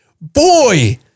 Boy